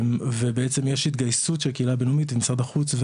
ובעצם יש התגייסות של הקהילה הבינלאומית ומשרד החוץ,